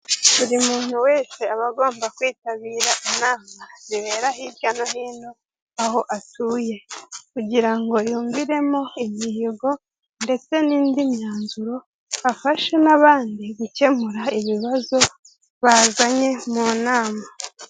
Buri muntu wese aba agomba kwitabira inama zibera hirya no hino aho atuye, kugirango yumviremo imihigo ndetse n'indi myanzuro, afashe n'abandi gukemura ibibazo bazanye mu nama.